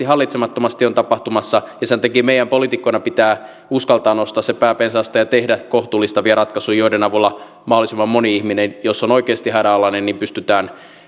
hallitsemattomasti on tapahtumassa sen takia meidän poliitikkoina pitää uskaltaa nostaa se pää pensaasta ja tehdä kohtuullistavia ratkaisuja joiden avulla mahdollisimman moni ihminen jos on oikeasti hädänalainen pystytään